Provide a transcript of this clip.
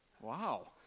wow